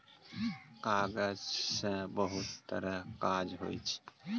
कागज सँ बहुत तरहक काज होइ छै